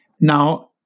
Now